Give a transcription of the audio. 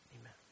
Amen